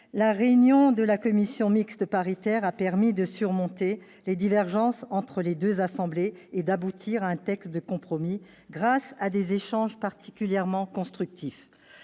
La réunion de la commission mixte paritaire a permis de surmonter les divergences entre les deux assemblées et d'aboutir à un texte de compromis grâce à des échanges particulièrement constructifs.